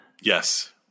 Yes